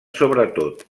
sobretot